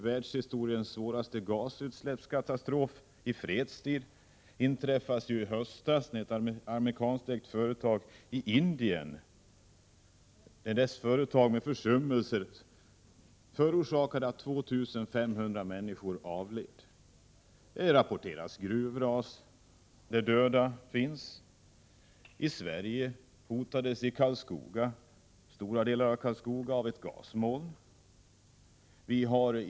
Världshistoriens kanske svåraste gasutsläppskatastrof i fredstid inträffade i höstas i Indien, när ett amerikanskt företag genom försummelse förorsakade att 2 500 människor avled. Vi får rapporter om gruvras med många döda. I Sverige har vi upplevt hur stora delar av Karlskoga hotades av ett gasmoln.